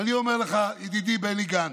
ואני אומר לך, ידידי בני גנץ,